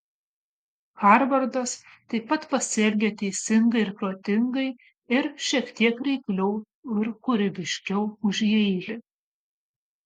harvardas taip pat pasielgė teisingai ir protingai ir šiek tiek reikliau ir kūrybiškiau už jeilį